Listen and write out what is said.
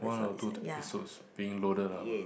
one or two episodes being loaded up lah